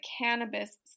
cannabis